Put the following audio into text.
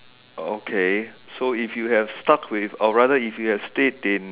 okay so if you have stuck with or rather if you have stayed in